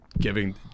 giving